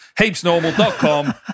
Heapsnormal.com